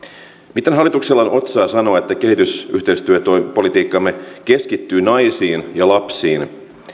miten hallituksella on otsaa sanoa että kehitysyhteistyöpolitiikka keskittyy naisiin ja lapsiin